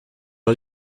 are